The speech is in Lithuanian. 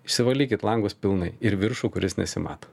išsivalykit langus pilnai ir viršų kuris nesimato